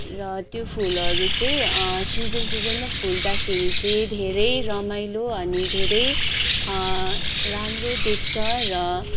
र त्यो फुलहरू चाहिँ सिजन सिजनमा फुल्दाखेरि चाहिँ धेरै रमाइलो अनि धेरै राम्रो देख्छ र